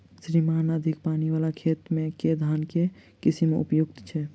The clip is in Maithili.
श्रीमान अधिक पानि वला खेत मे केँ धान केँ किसिम उपयुक्त छैय?